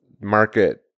market